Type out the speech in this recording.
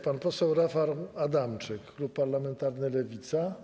Pan poseł Rafał Adamczyk, klub parlamentarny Lewica.